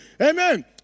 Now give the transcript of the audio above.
Amen